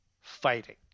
fighting